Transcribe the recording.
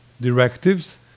Directives